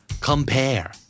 Compare